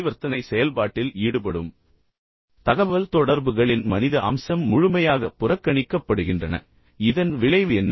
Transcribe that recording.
பரிவர்த்தனை செயல்பாட்டில் ஈடுபடும் தகவல்தொடர்புகளின் மனித அம்சம் முழுமையாக புறக்கணிக்கப்படுகின்றன இதன் விளைவு என்ன